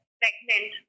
pregnant